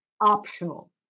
optional